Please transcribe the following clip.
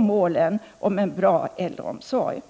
målen för en bra äldreomsorg skall kunna uppnås.